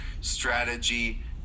strategy